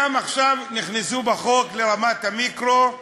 עכשיו נכנסו בחוק לרמת המיקרו.